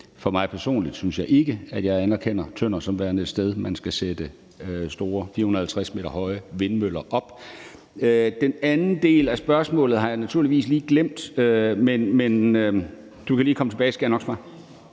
For mig personligt synes jeg ikke, at jeg anerkender Tønder som værende et sted, man skal sætte store 450 m høje vindmøller op. Den anden del af spørgsmålet har jeg naturligvis lige glemt. Men du kan lige komme tilbage, og så skal jeg nok svare.